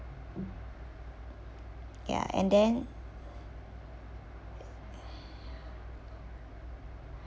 ya and then